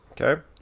Okay